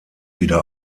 wieder